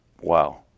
Wow